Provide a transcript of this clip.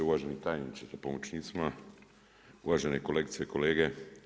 Uvaženi tajniče sa pomoćnicima, uvažene kolegice i kolege.